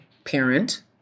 Parent